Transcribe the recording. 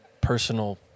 personal